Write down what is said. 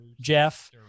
Jeff